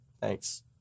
Thanks